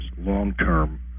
Long-term